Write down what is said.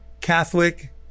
Catholic